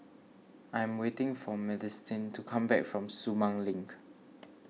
I am waiting for Madisyn to come back from Sumang Link